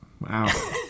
Wow